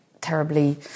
terribly